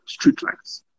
streetlights